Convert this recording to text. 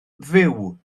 fyw